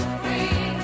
free